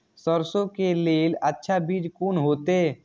सरसों के लेल अच्छा बीज कोन होते?